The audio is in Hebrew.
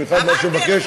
במקרה הזה,